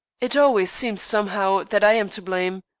it always seems, somehow, that i am to blame.